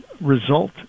result